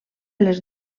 les